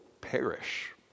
perish